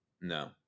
no